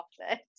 chocolate